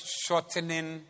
shortening